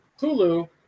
Hulu